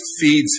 feeds